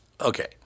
okay